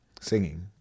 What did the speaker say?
singing